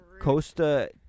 Costa